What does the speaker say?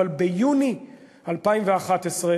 אבל ביוני 2011,